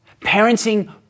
Parenting